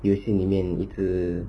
游戏里面一直